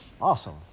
awesome